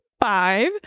five